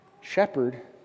Shepherd